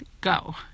go